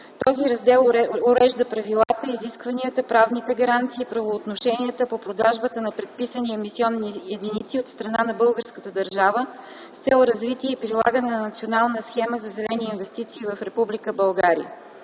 Този раздел урежда правилата, изискванията, правните гаранции и правоотношенията по продажбата на предписани емисионни единици от страна на българската държава с цел развитие и прилагане на Национална схема за зелени инвестиции в Република България.